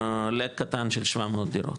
מ-700 דירות,